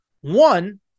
One